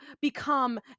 become